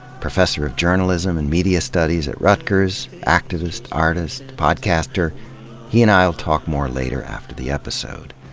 professor of journalism and media studies at rutgers, activist, artist, podcaster he and i will talk more later after the episode.